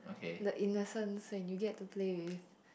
the innocence when you get to play with